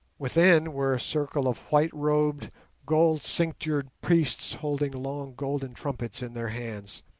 within were a circle of white-robed gold-cinctured priests holding long golden trumpets in their hands,